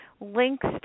links